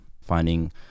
finding